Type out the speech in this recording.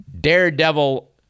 daredevil